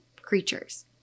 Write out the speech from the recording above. creatures